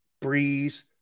Breeze